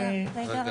נכון?